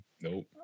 Nope